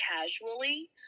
casually